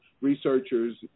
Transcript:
researchers